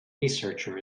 researcher